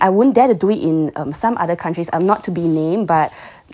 ya you I mean I wouldn't dare to do it in some other countries um not to be named